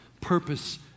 purpose